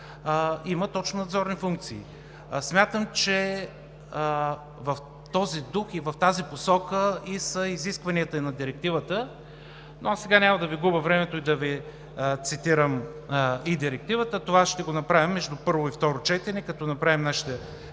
има точно надзорни функции. Смятам, че в този дух и в тази посока са изискванията и на Директивата, но сега няма да Ви губя времето и да Ви цитирам и Директивата. Това ще го направим между първо и второ четене, като направим